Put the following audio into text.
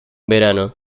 verano